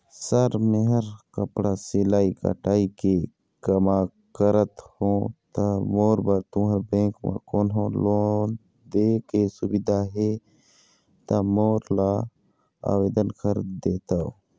Sir मेहर कपड़ा सिलाई कटाई के कमा करत हों ता मोर बर तुंहर बैंक म कोन्हों लोन दे के सुविधा हे ता मोर ला आवेदन कर देतव?